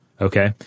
okay